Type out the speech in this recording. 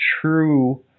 true